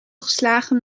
geslagen